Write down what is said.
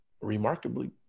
remarkably